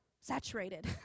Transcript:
saturated